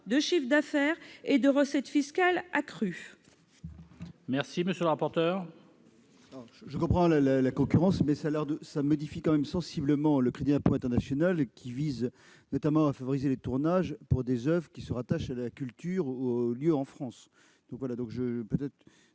de chiffre d'affaires et de recettes fiscales accrues.